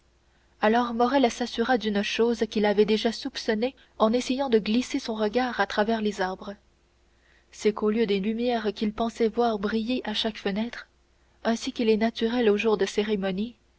alors morrel s'assura d'une chose qu'il avait déjà soupçonnée en essayant de glisser son regard à travers les arbres c'est qu'au lieu des lumières qu'il pensait voir briller à chaque fenêtre ainsi qu'il est naturel aux jours de cérémonie